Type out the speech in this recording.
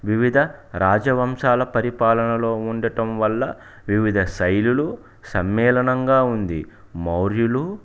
వివిధ రాజవంశాల పరిపాలనలో ఉండటం వల్ల వివిధ శైలుల సమ్మేళనంగా ఉంది మౌర్యులు